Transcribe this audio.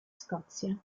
scozia